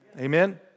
Amen